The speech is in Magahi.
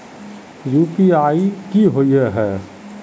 यु.पी.आई की होय है?